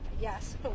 yes